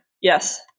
yes